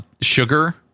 sugar